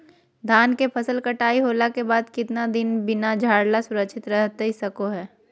धान के फसल कटाई होला के बाद कितना दिन बिना झाड़ले सुरक्षित रहतई सको हय?